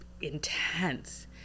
intense